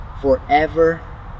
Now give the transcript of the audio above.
forever